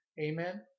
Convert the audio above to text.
Amen